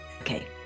Okay